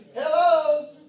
Hello